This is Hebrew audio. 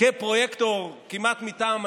כפרויקטור כמעט מטעם עצמו,